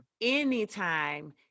anytime